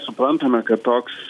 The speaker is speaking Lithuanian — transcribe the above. suprantame kad toks